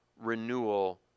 renewal